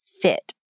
fit